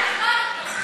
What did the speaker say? תחקור אותו.